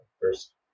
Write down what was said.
first